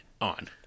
on